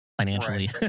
financially